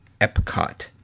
Epcot